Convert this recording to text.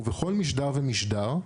ובכל משדר ומשדר,